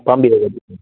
ꯄꯥꯝꯕꯤꯔꯒꯗꯤ